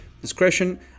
discretion